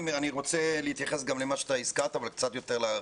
אני רוצה להתייחס גם למה שאתה הזכרת וקצת יותר להרחיב.